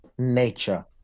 Nature